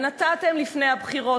ונתתם לפני הבחירות,